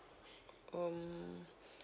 um